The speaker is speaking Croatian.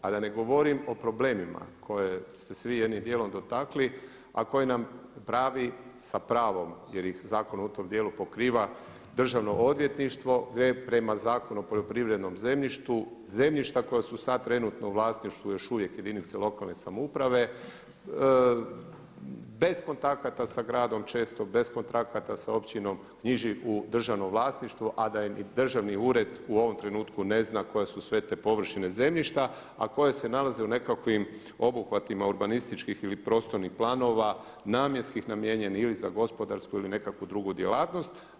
A da na govorim o problemima kojeg ste se vi jednim djelom dotakli a koji nam pravi sa pravom, jer ih zakon u tom djelu pokriva, državno odvjetništvo gdje prema Zakonu o poljoprivrednom zemljištu zemljišta koja su sad trenutno u vlasništvu još uvijek jedinica lokalne samouprave bez kontakata sa gradom, često bez kontakata sa općinom knjiži u državnom vlasništvu a da im i državni ured u ovom trenutku ne zna koje su sve te površine zemljišta a koje se nalaze u nekakvim obuhvatima urbanističkih ili prostornih planova, namjenskih, namijenjenih ili za gospodarsku ili nekakvu drugu djelatnosti.